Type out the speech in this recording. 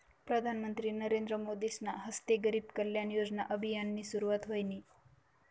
प्रधानमंत्री नरेंद्र मोदीसना हस्ते गरीब कल्याण योजना अभियाननी सुरुवात व्हयनी